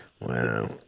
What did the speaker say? wow